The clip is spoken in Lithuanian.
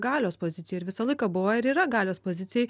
galios pozicijoj ir visą laiką buvo ir yra galios pozicijoj